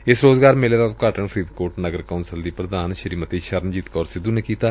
ਏਸ ਰੋਜ਼ਗਾਰ ਮੇਲੇ ਦਾ ਉਦਘਾਟਨ ਫਰੀਦਕੋਟ ਨਗਰ ਕੌਂਸਲ ਦੀ ਪ੍ਧਾਨ ਸ੍ੀਮਤੀ ਸ਼ਰਨਜੀਤ ਕੋਰ ਸਿੱਧੁ ਨੇ ਕੀਤਾ